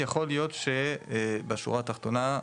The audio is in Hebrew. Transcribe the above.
יכול להיות שבשורה התחתונה,